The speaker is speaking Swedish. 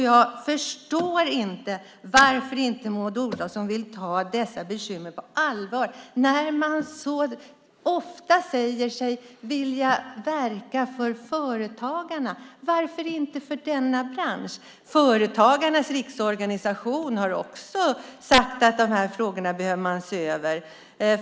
Jag förstår inte varför Maud Olofsson inte vill ta detta bekymmer på allvar, när man så ofta säger sig vilja verka för företagarna. Varför vill man inte verka för denna bransch? Företagarnas riksorganisation har också sagt att man behöver se över de här frågorna.